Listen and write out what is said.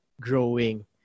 growing